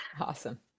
awesome